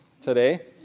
today